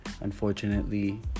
Unfortunately